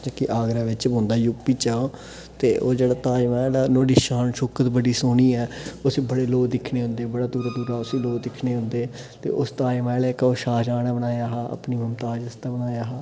जेह्का आगरा बिच्च पौंदा यू पी च ऐ तेओह् जेह्ड़ा ताजमहल ऐ नुहाड़ी शान शौकत बड़ी सोह्नी ऐ उसी बड़े लोक दिक्खने आंदे बड़ी दूरा दूरा उसी लोक दिक्खने आंदे ते उस ताजमहल इक ओह् शाहजहां ने बनाया हा अपनी मुमताज़ आस्तै बनाया हा